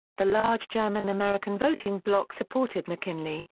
the large german-american voting bloc supported mckinley,